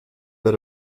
bit